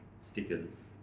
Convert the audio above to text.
stickers